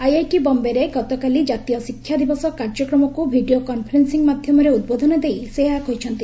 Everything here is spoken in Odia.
ଆଇଆଇଟି ବମ୍ଘେରେ ଗତକାଲି ଜାତୀୟ ଶିକ୍ଷା ଦିବସ କାର୍ଯ୍ୟକ୍ରମକୁ ଭିଡ଼ିଓ କନ୍ଫରେନ୍ସିଂ ମାଧ୍ୟମରେ ଉଦ୍ବୋଧନ ଦେଇ ସେ ଏହା କହିଛନ୍ତି